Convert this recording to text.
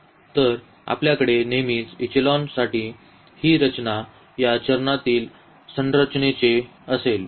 तर आपल्याकडे नेहमीच एचेलॉनसाठी ही रचना या चरणातील संरचनेप्रमाणे असेल